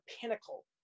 pinnacle